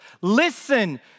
Listen